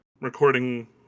recording